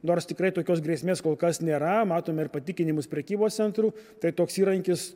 nors tikrai tokios grėsmės kol kas nėra matome ir patikinimus prekybos centrų tai toks įrankis